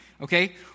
okay